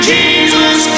Jesus